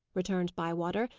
returned bywater.